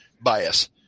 bias